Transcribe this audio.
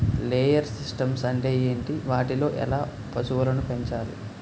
Layer systems అంటే ఏంటి? వాటిలో ఎలా పశువులను పెంచాలి?